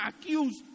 accused